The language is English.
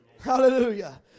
Hallelujah